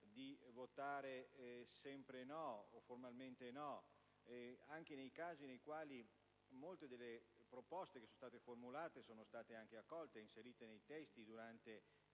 di votare sempre no, o formalmente no, anche nei casi in cui molte delle proposte formulate sono state anche accolte, inserite nei testi sia durante